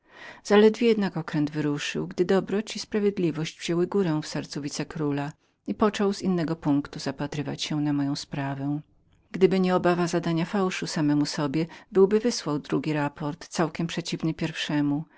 zaledwie jednak okręt wyruszył gdy słuszność wzięła górę w sercu wice króla i począł z innego punktu zapatrywać się na moją sprawę gdyby nie obawa zadania fałszu samemu sobie byłby wysłał drugi raport całkiem przeciwny pierwszemu